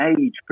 age